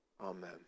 Amen